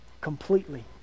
Completely